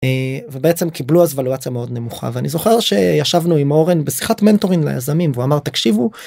ובעצם קיבלו וולואציה מאוד נמוכה ואני זוכר שישבנו עם אורן בשיחת מנטורים ליזמים הוא אמר תקשיבו.